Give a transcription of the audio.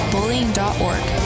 Bullying.org